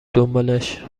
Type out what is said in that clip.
دنبالش